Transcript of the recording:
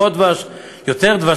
יותר דבש,